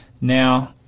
Now